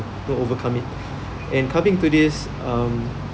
to overcome it and coming to this um